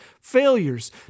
failures